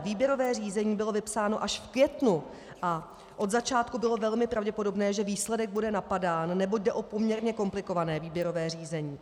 Výběrové řízení bylo vypsáno až v květnu a od začátku bylo velmi pravděpodobné, že výsledek bude napadán, neboť jde o poměrně komplikované výběrové řízení.